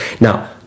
Now